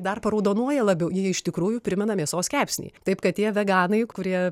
dar paraudonuoja labiau jie iš tikrųjų primena mėsos kepsnį taip kad tie veganai kurie